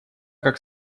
как